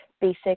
basic